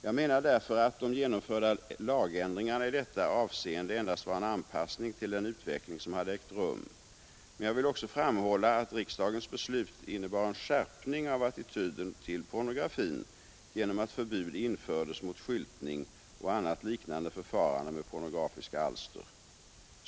Jag menar därför att de genomförda lagändringarna i detta avseende endast var en anpassning till den utveckling som hade ägt rum. Men jag vill också framhålla att riksdagens beslut innebar en skärpning av attityden till pornografin genom att förbud infördes mot skyltning och annat liknande förfarande med pornografiska alster.